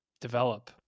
develop